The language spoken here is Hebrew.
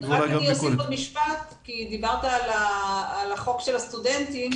אוסיף עוד משפט כי דיברת על החוק של הסטודנטים,